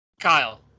Kyle